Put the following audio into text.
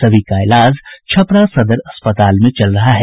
सभी का इलाज छपरा सदर अस्पताल में चल रहा है